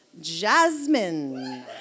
Jasmine